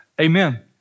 amen